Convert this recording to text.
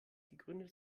gegründet